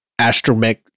astromech